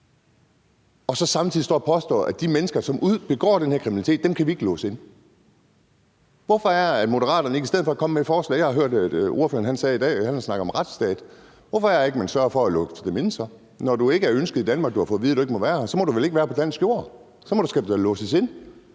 og så samtidig står og påstår, at de mennesker, som begår den her kriminalitet, kan vi ikke låse inde? Hvorfor er det, at Moderaterne ikke i stedet for kommer med et forslag – jeg har hørt, at ordføreren i dag har snakket om retsstat – og sørger for at låse dem inde? Når du ikke er ønsket i Danmark og har fået at vide, at du ikke må være her, så må du vel ikke være på dansk jord. Så skal du da låses inde.